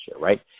right